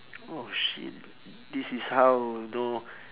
oh shit this is how know